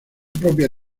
propia